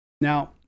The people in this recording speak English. Now